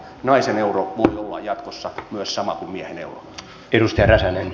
naisen euro voi olla jatkossa myös sama kuin miehen euro